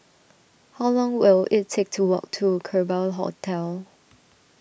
how long will it take to walk to Kerbau Hotel